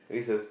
is a